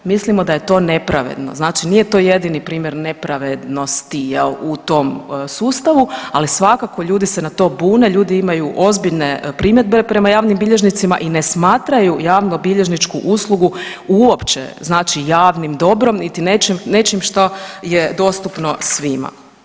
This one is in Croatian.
Mislimo da je to nepravedno, znači nije to jedini primjer nepravednosti, je li, u tom sustavu, ali svakako, ljudi se na to bune, ljudi imaju ozbiljne primjedbe prema javnim bilježnicima i ne smatraju javnobilježničku uslugu uopće znači javnim dobrom niti nečim što je dostupno svima.